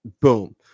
Boom